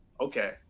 okay